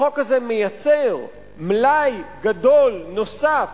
החוק הזה מייצר מלאי גדול נוסף